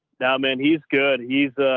now, man? he's good. he's a